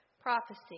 prophecy